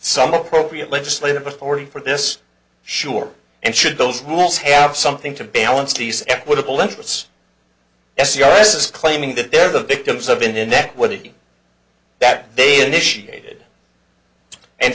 some appropriate legislative authority for this sure and should those rules have something to balance these equitable interests s r s is claiming that they're the victims of an inequity that they initiated and